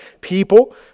people